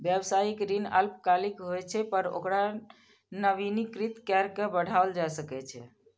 व्यावसायिक ऋण अल्पकालिक होइ छै, पर ओकरा नवीनीकृत कैर के बढ़ाओल जा सकै छै